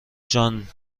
جان